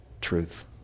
truth